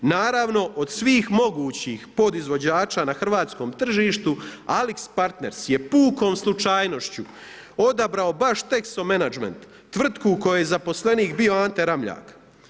Naravno od svih mogućih podizvođača na hrvatskom tržištu AlixPartners je pukom slučajnošću odabrao baš Texo Management tvrtku u kojoj je zaposlenik bio Ante Ramljak.